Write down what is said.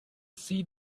see